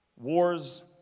Wars